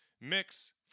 mix